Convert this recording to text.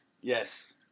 Yes